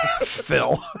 Phil